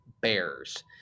Bears